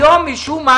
משום מה,